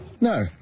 No